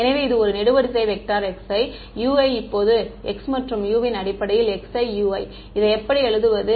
எனவே இது ஒரு நெடுவரிசை வெக்டர் x iu i இப்போது x மற்றும் u ன் அடிப்படையில் x iu i இதை எப்படி எழுதுவது